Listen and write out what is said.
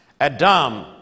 Adam